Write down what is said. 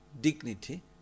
dignity